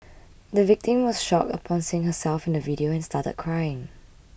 the victim was shocked upon seeing herself in the video and started crying